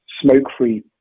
smoke-free